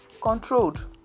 controlled